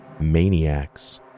maniacs